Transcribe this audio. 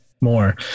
more